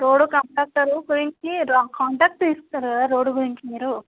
road contractor గురించి contact ఇస్తారు కదా రోడ్ గురించి మీరు